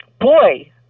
boy